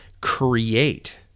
create